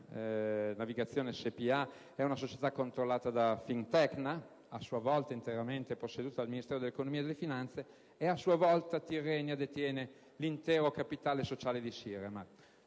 di Navigazione Spa è una società controllata da Fintecna Spa (a sua volta interamente posseduta dal Ministero dell'economia e delle finanze); a sua volta Tirrenia detiene l'intero capitale sociale di Siremar.